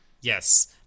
Yes